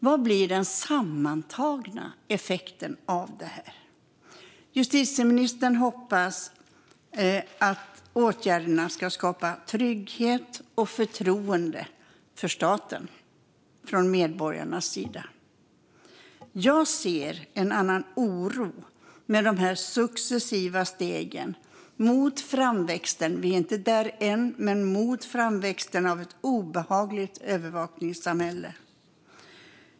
Vad blir den sammantagna effekten av detta? Justitieministern hoppas att åtgärderna ska skapa trygghet och förtroende för staten från medborgarnas sida. Jag ser en oro med de successiva stegen mot framväxten - vi är inte där än - av ett obehagligt övervakningssamhälle.